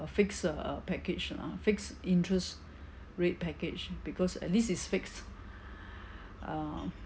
a fix uh uh package ah fixed interest rate package because at least it's fixed err